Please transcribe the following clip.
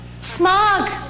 Smog